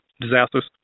disasters